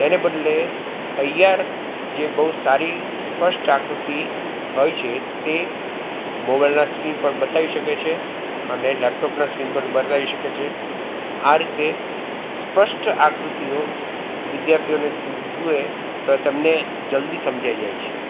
તેને બદલે તૈયાર જે બહુ સારી સ્પષ્ટ આકૃતિ હોય છે તે મોબાઈલના સ્ક્રીન પણ બતાવી શકે છે અને લેપટોપના સ્ક્રીન પર બદલાઈ શકે છે આ રીતે સ્પષ્ટ આકૃતિઓ વિદ્યાર્થીઓને જુએ તો તેમને જલ્દી સમજાઈ જાય છે